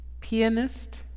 pianist